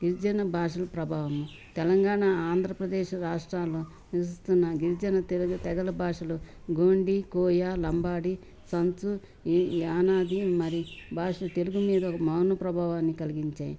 గిరిజన భాషల ప్రభావం తెలంగాణ ఆంధ్రప్రదేశ్ రాష్ట్రాల్లో నివసిస్తున్న గిరిజన తెలుగు తెగల భాషలు గోండి కోయ లంబాడి చెంచు ఈ ఆనాది మరి భాషలు తెలుగు మీద ఒక మౌన ప్రభావాన్ని కలిగించాయి